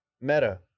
Meta